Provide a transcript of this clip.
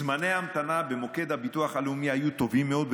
זמני ההמתנה במוקד הביטוח הלאומי היו טובים מאוד,